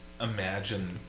imagine